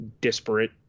disparate